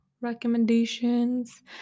recommendations